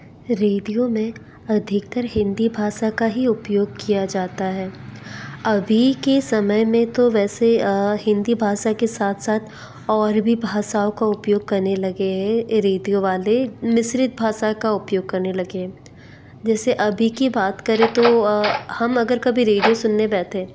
radio में अधिकतर हिंदी भाषा का ही उपयोग किया जाता है अभी के समय में तो वैसे हिंदी भाषा के साथ साथ और भी भाषाओं का उपयोग करने लगे हैं रेडियो वाले मिश्रित भाषा का उपयोग करने लगे हैं जैसे अभी की बात करें तो हम अगर कभी रेडियो सुनने बैठें